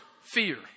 fear